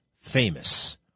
famous